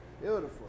Beautiful